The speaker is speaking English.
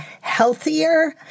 healthier